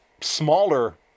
smaller